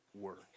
work